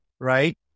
right